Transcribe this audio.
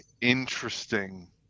interesting